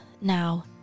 now